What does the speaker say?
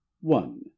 one